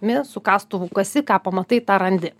imi su kastuvu kasi ką pamatai tą randi